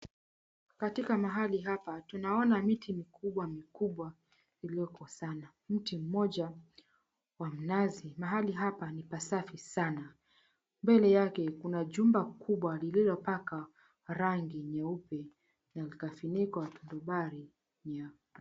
Katika mahali hapa tunaona miti mikubwa mikubwa ulioko sana. Mti mmoja wa mnazi. Mahali hapa ni pasafi sana. Mbele yake kuna jumba kubwa lililopakwa rangi nyeupe na likafunikwa jibari nyeupe.